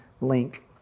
link